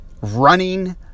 running